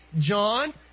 John